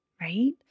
Right